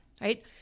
right